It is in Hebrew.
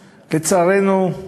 לצערנו,